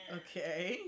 okay